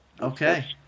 Okay